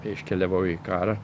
iškeliavau į karą